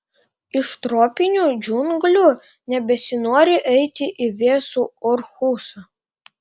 iš tropinių džiunglių nebesinori eiti į vėsų orhusą